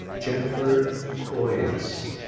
jennifer coias.